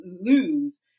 lose